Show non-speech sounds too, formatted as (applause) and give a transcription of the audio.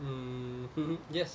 um (noise) yes